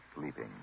Sleeping